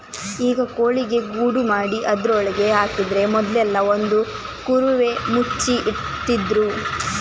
ಈಗ ಕೋಳಿಗೆ ಗೂಡು ಮಾಡಿ ಅದ್ರೊಳಗೆ ಹಾಕಿದ್ರೆ ಮೊದ್ಲೆಲ್ಲಾ ಒಂದು ಕುರುವೆ ಮುಚ್ಚಿ ಇಡ್ತಿದ್ರು